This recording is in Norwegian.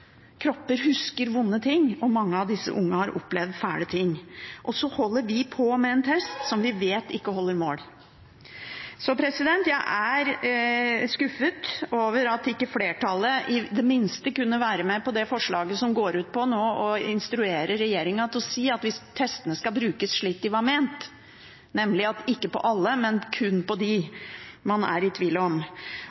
Kropper husker vonde ting, og mange av disse unge har opplevd fæle ting. Og så holder vi på med en test som vi vet ikke holder mål. Jeg er skuffet over at ikke flertallet i det minste kunne være med på det forslaget som går ut på å instruere regjeringen til å si at testene skal brukes slik de var ment, nemlig ikke på alle, men kun på